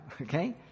Okay